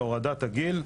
הורדת הגיל,